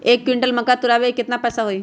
एक क्विंटल मक्का तुरावे के केतना पैसा होई?